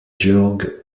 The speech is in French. georg